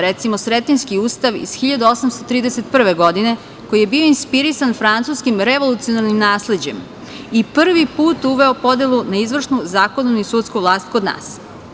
Recimo, Sretenjski ustav iz 1831. godine, koji je bio inspirisan francuskim revolucionarnim nasleđem i prvi put uveo podelu na izvršnu, zakonodavnu i sudsku vlast kod nas.